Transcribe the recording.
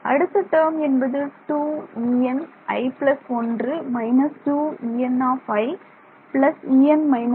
அடுத்த டேர்ம் என்பது 2Eni 1 − 2En En−1